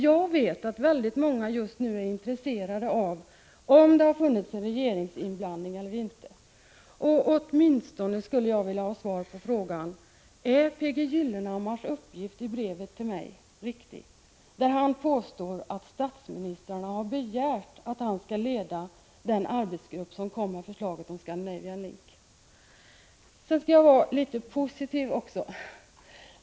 Jag vet att väldigt många just nu är intresserade av om det har förekommit någon regeringsinblandning eller inte. Jag skulle åtminstone vilja ha ett svar på följande fråga: ÄR:P.G. Gyllenhammars uppgift riktig i brevet till mig, där han påstår att resp. länders statsministrar har begärt att han skall leda den arbetsgrupp som lade fram förslaget om Scandinavian Link? Jag skall också vara litet positiv.